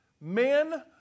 Men